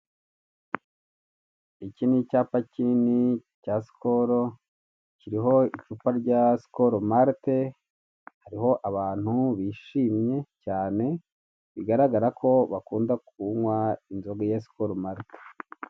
Iki ni icyapa kinini cya skol, kiriho icupa rya skol malt, kiriho abantu bishimye cyane, bigaragara ko bakunda kunywa inzoga ya skol malt.